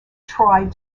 tried